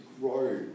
grow